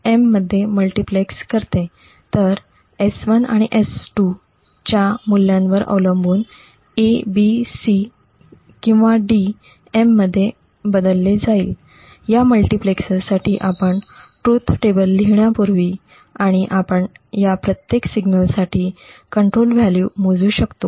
तर S1 आणि S2 च्या मूल्यावर अवलंबून A B C' किंवा D M मध्ये बदलले जाईल या मल्टीप्लेक्सरसाठी आपण ट्रुथ टेबल लिहिण्यापूर्वी आणि आपण या प्रत्येक सिग्नलसाठी नियंत्रण मूल्य मोजू शकतो